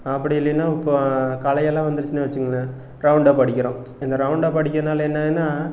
அப்படி இல்லைன்னா இப்போது களையெல்லாம் வந்திருச்சுன்னு வச்சுக்கோங்களேன் ரவுண்டப்படிக்கிறோம் இந்த ரவுண்டப்படிக்கறதனால என்ன ஆகுதுன்னா